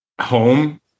home